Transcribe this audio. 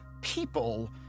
people